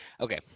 okay